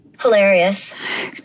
hilarious